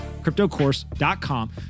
cryptocourse.com